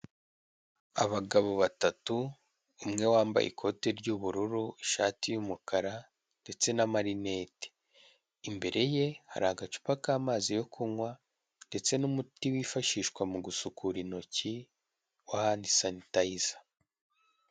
Abagabo batatu umwe wambaye ikote ry'ubururu, ishati y'umukara ndetse n'amarinete imbere ye hari agacupa k'amazi yo kunywa ndetse n'umuti wifashishwa mu gusukura intoki wa handi sanitayiza.